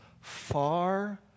far